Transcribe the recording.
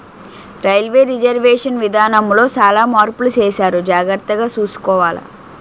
railway reservation విధానములో సాలా మార్పులు సేసారు జాగర్తగ సూసుకోవాల